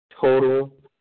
total